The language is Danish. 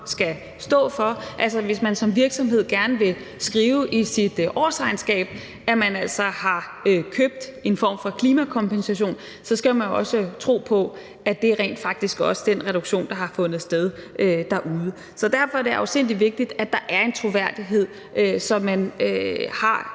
skal stå for. Altså, hvis en virksomhed gerne vil skrive i sit årsregnskab, at de har købt en form for klimakompensation, skal man jo også tro på, at det rent faktisk også er den reduktion, der har fundet sted derude. Så derfor er det afsindig vigtigt, at der er en troværdighed, så vi har